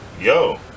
Yo